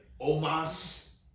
omas